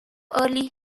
early